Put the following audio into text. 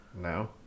no